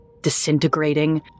disintegrating